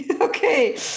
Okay